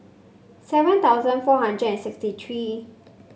seven thousand four hundred and sixty three